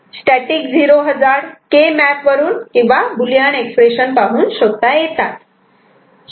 static 0 hazard के map वरून किंवा बुलियन एक्सप्रेशन पाहून शोधता येतात